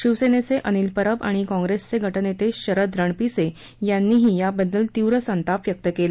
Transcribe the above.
शिवसेनेचे अनिल परब आणि काँग्रेसचे गटनेते शरद रणपिसे यांनीही याबद्दल तीव्र संताप व्यक्त केला